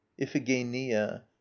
Iphigenia